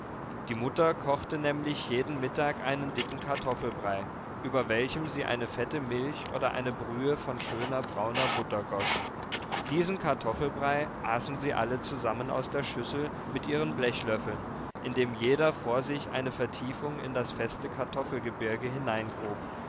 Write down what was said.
die mutter kochte nämlich jeden mittag einen dicken kartoffelbrei über welchen sie eine fette milch oder eine brühe von schöner brauner butter goß diesen kartoffelbrei aßen sie alle zusammen aus der schüssel mit ihren blechlöffeln indem jeder vor sich eine vertiefung in das feste